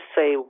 say